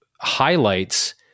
highlights